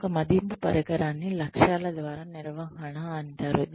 మరొక మదింపు పరికరాన్ని లక్ష్యాల ద్వారా నిర్వహణ అంటారు